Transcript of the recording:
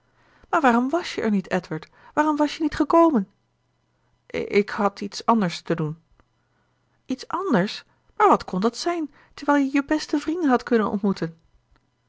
maar waarom was jij er niet edward waarom was je niet gekomen ik had iets anders te doen iets anders maar wat kon dat zijn terwijl je je beste vrienden hadt kunnen ontmoeten